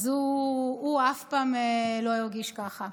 אז הוא אף פעם לא הרגיש ככה.